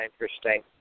interesting